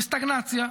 וסטגנציה,